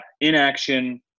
inaction